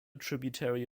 tributary